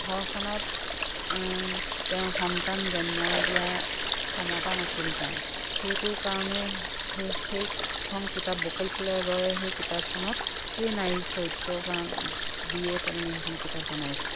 ঘৰখনত তেওঁ সন্তান জন্ম দিয়া ক্ষমতা নাছিল তাইৰ সেইটো কাৰণেই সেইখন কিতাপ বকুল ফুলৰ দৰে সেই কিতাপখনত সেই নাৰী চৰিত্ৰ দিয়েই তাৰমানে সেইখন কিতাপ বনাইছে